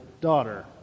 daughter